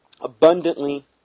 abundantly